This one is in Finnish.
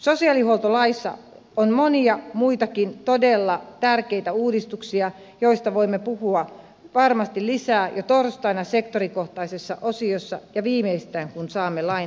sosiaalihuoltolaissa on monia muitakin todella tärkeitä uudistuksia joista voimme puhua varmasti lisää jo torstaina sektorikohtaisessa osiossa ja viimeistään kun saamme lain tänne eduskuntaan